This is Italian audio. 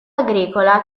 agricola